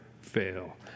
fail